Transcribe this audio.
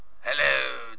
Hello